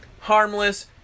Harmless